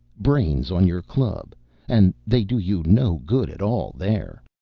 brains on your club and they do you no good at all there.